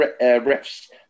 ref's